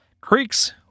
Creeks